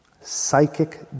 psychic